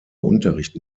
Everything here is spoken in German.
unterricht